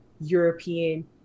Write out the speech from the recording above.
European